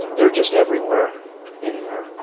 they're just everywhere in there.